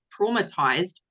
traumatized